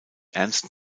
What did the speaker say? ernst